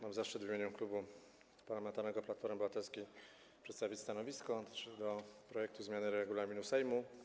Mam zaszczyt w imieniu Klubu Parlamentarnego Platforma Obywatelska przedstawić stanowisko dotyczące projektu zmiany regulaminu Sejmu.